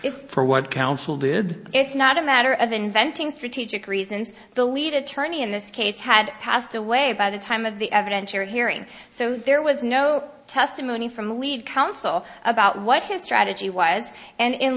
it's for what counsel did it's not a matter of inventing strategic reasons the lead attorney in this case had passed away by the time of the evidence you're hearing so there was no testimony from lead counsel about what his strategy was and in